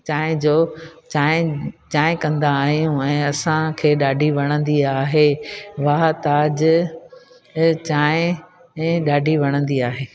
चांहि जो चांहि चांहि कंदा आहियूं ऐं असांखे ॾाढी वणंदी आहे वाह ताज हे चांहि हे ॾाढी वणंदी आहे